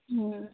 অ